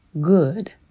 good